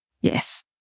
Yes